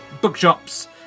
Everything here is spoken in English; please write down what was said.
bookshops